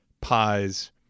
pies